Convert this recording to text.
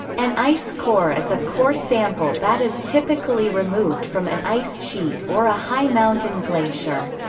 an ice core is a core sample that is typically removed from an ice sheet or a high mountain glacier.